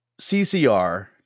CCR